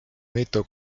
mitu